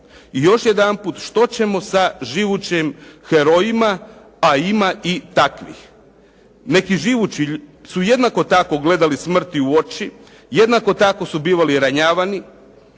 I još jedanput što ćemo sa živućim herojima a ima i takvih. Neki živući su jednako tako gledali smrti u oči, jednako tako su bili ranjavani,